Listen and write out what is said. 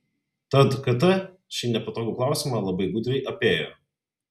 tad kt šį nepatogų klausimą labai gudriai apėjo